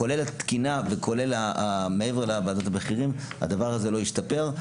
כולל התקינה ומעבר לוועדת המחירים הדבר הזה לא ישתפר.